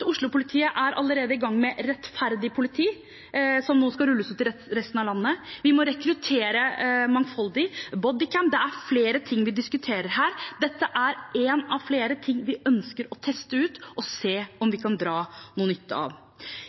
er Oslo-politiet allerede i gang med Rettferdig politi, som nå skal rulles ut til resten av landet, vi må rekruttere mangfoldig, bodycam – det er flere ting vi diskuterer her. Dette er én av flere ting vi ønsker å teste ut og se om vi kan dra noe nytte av.